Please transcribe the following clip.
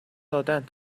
دادهاند